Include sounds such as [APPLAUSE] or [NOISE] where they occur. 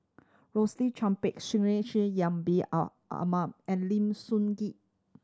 Rosaline Chan Pang [UNINTELLIGIBLE] Bin [UNINTELLIGIBLE] Ahmed and Lim Sun Gee